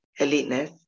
eliteness